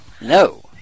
No